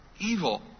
evil